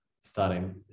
starting